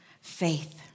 faith